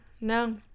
No